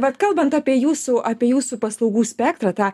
vat kalbant apie jūsų apie jūsų paslaugų spektrą tą